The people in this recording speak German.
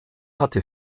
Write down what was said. hatte